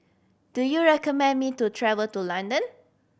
do you recommend me to travel to London